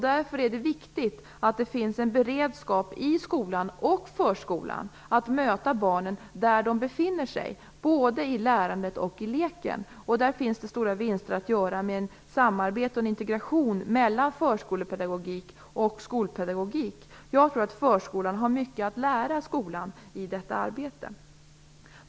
Därför är det viktigt att det finns en beredskap i skolan och förskolan att möta barnen där de befinner sig både i lärandet och i leken. Där finns det stora vinster att göra med ett samarbete och en integration mellan förskolepedagogik och skolpedagogik. Jag tror att förskolan har mycket att lära skolan i detta arbete.